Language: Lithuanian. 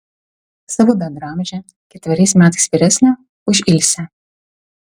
savo bendraamžę ketveriais metais vyresnę už ilsę